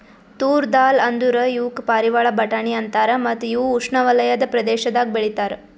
ತೂರ್ ದಾಲ್ ಅಂದುರ್ ಇವುಕ್ ಪಾರಿವಾಳ ಬಟಾಣಿ ಅಂತಾರ ಮತ್ತ ಇವು ಉಷ್ಣೆವಲಯದ ಪ್ರದೇಶದಾಗ್ ಬೆ ಳಿತಾರ್